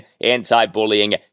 anti-bullying